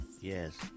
Yes